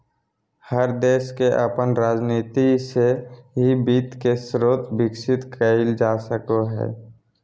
हर देश के अपन राजनीती से ही वित्त के स्रोत विकसित कईल जा सको हइ